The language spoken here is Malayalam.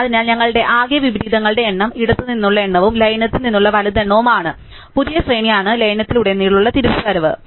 അതിനാൽ ഞങ്ങളുടെ ആകെ വിപരീതങ്ങളുടെ എണ്ണം ഇടത്തുനിന്നുള്ള എണ്ണവും ലയനത്തിൽ നിന്നുള്ള വലത് എണ്ണവും ആണ് പുതിയ ശ്രേണിയാണ് ലയനത്തിലൂടെയുള്ള തിരിച്ചുവരവ്